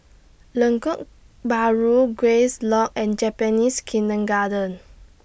Lengkok Bahru Grace Lodge and Japanese Kindergarten